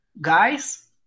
guys